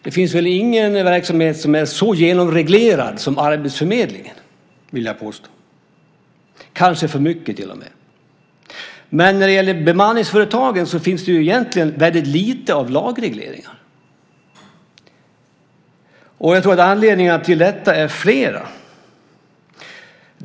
Det finns väl ingen verksamhet som är så genomreglerad som arbetsförmedlingen - vill jag påstå - och kanske till och med för mycket. När det gäller bemanningsföretagen finns det egentligen väldigt lite av lagregleringar. Jag tror att anledningarna till detta är flera.